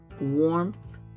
warmth